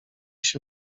się